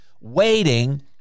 waiting